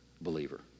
believer